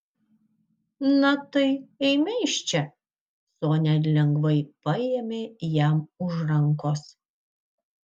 na tai eime iš čia sonia lengvai paėmė jam už rankos